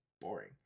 boring